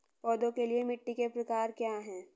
पौधों के लिए मिट्टी के प्रकार क्या हैं?